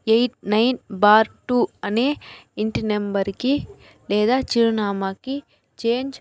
eight nine bar two అని ఇంటి number కి లేదా చిరునామాకి చేంజ్